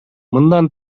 мындан